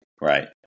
Right